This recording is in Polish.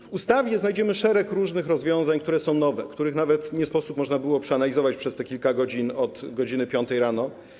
W ustawie znajdziemy szereg różnych rozwiązań, które są nowe, których nawet nie sposób było przeanalizować przez te kilka godzin od godz. 5 rano.